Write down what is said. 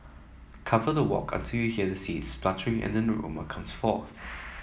cover the wok until you hear the seeds and an aroma comes forth